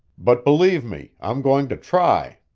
but believe me, i'm going to try!